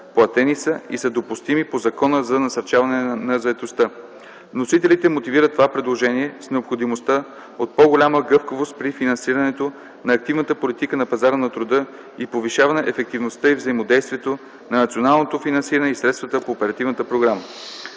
платени са и са допустими по Закона за насърчаване на заетостта. Вносителите мотивират това предложение с необходимостта от по-голяма гъвкавост при финансирането на активната политика на пазара на труда и повишаване ефективността и взаимодействието на националното финансиране и средствата по Оперативната програма.